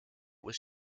was